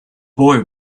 boy